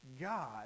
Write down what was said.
God